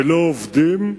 ולא עובדים,